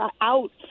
out